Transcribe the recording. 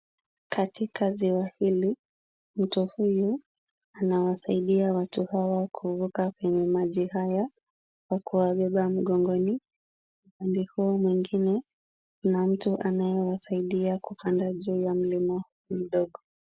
Katika ziwa hili, mtu huyu anawasaidia watu hawa kuvuka kwenye maji haya kwa kuwabeba mgongoni. Upande huo mwingine kuna mtu ambaye anawasaidia kupanda juu ya mlima mdogo.